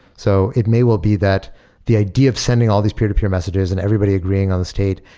so it may well be that the idea of sending all these peer-to-peer messages and everybody agreeing on the state,